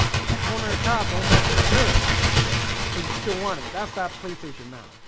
but that corner cob don't match them ribs but you still want it. that's that playstation now.